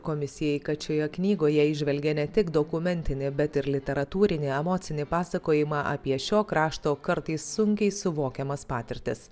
komisijai kad šioje knygoje įžvelgė ne tik dokumentinį bet ir literatūrinį emocinį pasakojimą apie šio krašto kartais sunkiai suvokiamas patirtis